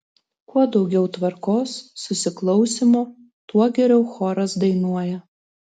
kuo daugiau tvarkos susiklausymo tuo geriau choras dainuoja